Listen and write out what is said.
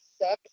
six